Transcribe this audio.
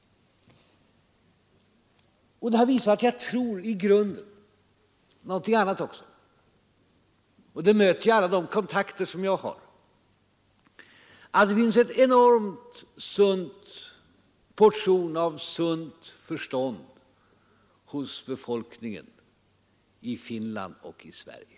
Den har också visat något annat, som jag märker vid alla de kontakter jag har — att det finns en enorm portion av sunt förnuft hos befolkningen i Finland och Sverige.